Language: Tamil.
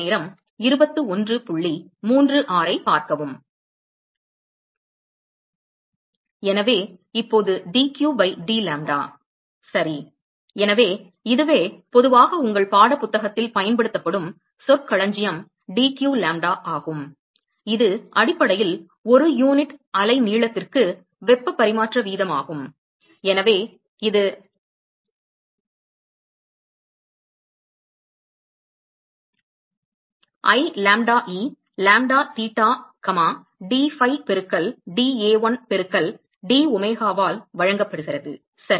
எனவே இப்போது dq பை d லாம்டா சரி எனவே இதுவே பொதுவாக உங்கள் பாடப் புத்தகத்தில் பயன்படுத்தப்படும் சொற்களஞ்சியம் dq லாம்டா ஆகும் இது அடிப்படையில் ஒரு யூனிட் அலைநீளத்திற்கு வெப்ப பரிமாற்ற வீதமாகும் எனவே இது I lambda e lambda theta comma d phi பெருக்கல் dA1 பெருக்கல் d ஒமேகா ஆல் வழங்கப்படுகிறது சரி